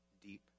deep